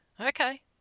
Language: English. Okay